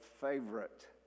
favorite